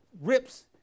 rips